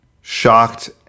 shocked